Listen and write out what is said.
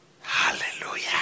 Hallelujah